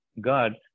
God